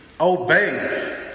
obey